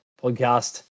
podcast